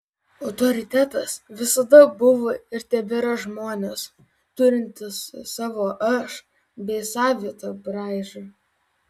autoritetas visada buvo ir tebėra žmonės turintys savo aš bei savitą braižą